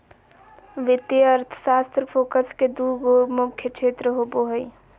वित्तीय अर्थशास्त्र फोकस के दू गो मुख्य क्षेत्र होबो हइ